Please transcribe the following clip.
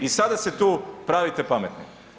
I sada se tu pravite pametni.